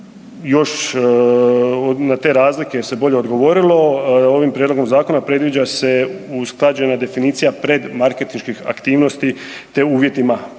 još na te razlike se bolje odgovorilo, ovim prijedlogom zakona predviđa se usklađena definicija predmarketinških aktivnosti te uvjetima